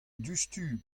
diouzhtu